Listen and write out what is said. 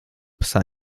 psa